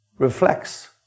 reflects